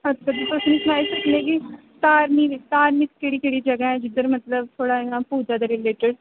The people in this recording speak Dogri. अच्छा तुस मिगी सनाई सकने कि धार्मिक धार्मिक केह्ड़ी केह्ड़ी जगह ऐ जिद्धर मतलब थोह्ड़ा इयां पूजा दे रिलेटड